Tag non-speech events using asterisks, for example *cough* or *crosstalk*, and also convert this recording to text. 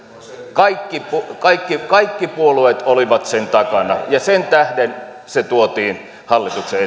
kaikki puolueet olivat sen takana ja sen tähden se tuotiin hallituksen *unintelligible*